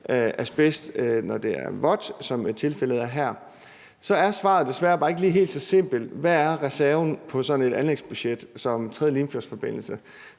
asbest, når det er vådt, som tilfældet er her. Så er svaret desværre bare ikke helt så simpelt, i forhold til hvad reserven er på sådan et anlægsbudget som for den tredje Limfjordsforbindelse,